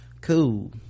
cool